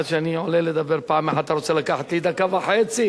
עד שאני עולה לדבר פעם אחת אתה רוצה לקחת לי דקה וחצי?